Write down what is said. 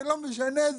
לא משנה,